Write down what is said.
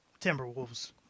Timberwolves